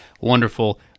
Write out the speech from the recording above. wonderful